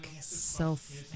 self